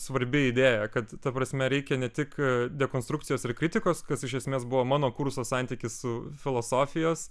svarbi idėja kad ta prasme reikia ne tik dekonstrukcijos ir kritikos kas iš esmės buvo mano kurso santykis su filosofijos